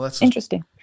Interesting